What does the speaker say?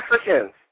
Africans